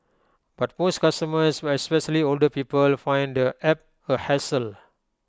but most customers especially older people find the app A hassle